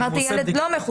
אמרתי "ילד לא מחוסן".